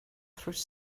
through